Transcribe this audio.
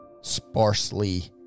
sparsely